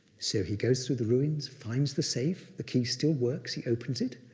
so he goes through the ruins, finds the safe, the key still works, he opens it,